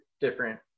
different